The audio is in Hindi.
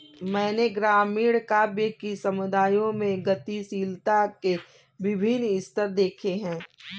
मैंने ग्रामीण काव्य कि समुदायों में गतिशीलता के विभिन्न स्तर देखे हैं